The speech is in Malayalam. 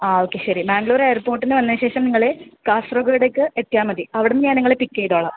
ആ ഓക്കെ ശരി മംഗ്ലൂര് എയർപോർട്ടിൽ വന്ന ശേഷം നിങ്ങള് കാസർഗോഡേക്ക് എത്തിയാൽ മതി അവിടുന്ന് ഞാൻ നിങ്ങളെ പിക്ക് ചെയ്തോളാം